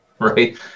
right